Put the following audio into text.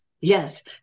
yes